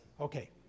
Okay